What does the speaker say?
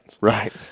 Right